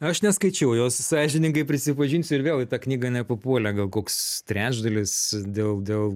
aš neskaičiau jos sąžiningai prisipažinsiu ir vėl į tą knygą nepapuolė gal koks trečdalis dėl dėl